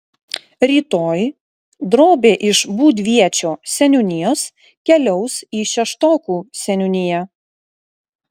rytoj drobė iš būdviečio seniūnijos keliaus į šeštokų seniūniją